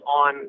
on